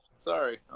Sorry